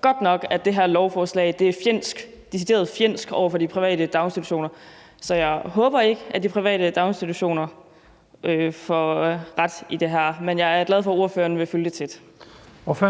godt nok, at det her lovforslag er fjendsk, decideret fjendsk, over for de private daginstitutioner. Så jeg håber ikke, at de private daginstitutioner får ret i det her, men jeg er glad for, at ordføreren vil følge det tæt. Kl.